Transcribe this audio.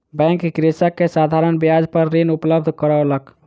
bank कृषक के साधारण ब्याज पर ऋण उपलब्ध करौलक